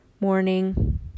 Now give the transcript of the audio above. morning